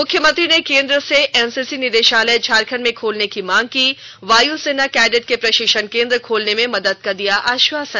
मुख्यमंत्री ने केंद्र से एनसीसी निदेशालय झारखंड में खोलने की मांग की वायुसेना कैडेट के प्रशिक्षण केंद्र खोलने में मदद का दिया आश्वासन